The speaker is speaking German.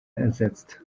ersetzt